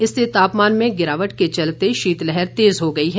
इससे तापमान में गिरावट के चलते शीतलहर तेज हो गई है